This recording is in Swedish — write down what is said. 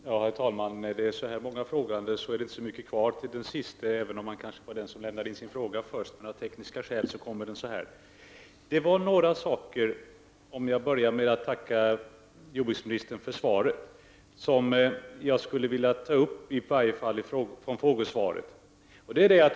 Herr talman! När det är så här många frågande blir det inte så mycket kvar till den siste, även om han kanske var den som lämnade in sin fråga först. Av tekniska skäl uppstår den här ordningen. Jag börjar med att tacka jordbruksministern för svaret. Men det var några saker i frågesvaret som jag skulle vilja ta upp.